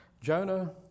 Jonah